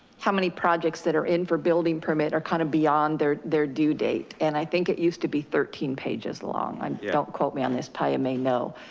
how many projects that are in for building permit are kind of beyond their their due date. and i think it used to be thirteen pages long, um yeah don't quote me on this paia may know,